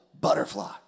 butterfly